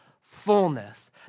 fullness